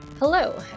Hello